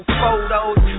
photos